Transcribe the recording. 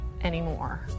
anymore